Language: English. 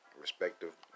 respective